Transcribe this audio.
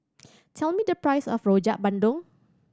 tell me the price of Rojak Bandung